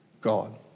God